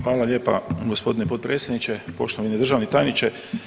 Hvala lijepa gospodine potpredsjedniče, poštovani državni tajniče.